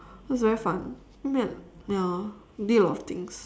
was very fun ya did a lot of things